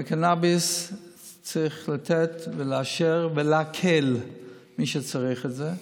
וקנביס צריך לתת ולאשר ולהקל למי שצריך את זה.